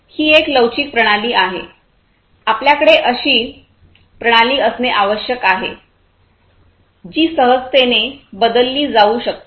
ही एक लवचिक प्रणाली आहे आपल्याकडे अशी प्रणाली असणे आवश्यक आहे जे सहजतेने बदलली जाऊ शकते